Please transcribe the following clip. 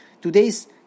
today's